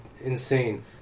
insane